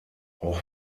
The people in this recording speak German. auch